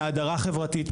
מהדרה חברתית,